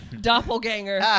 doppelganger